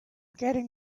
getting